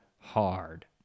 hard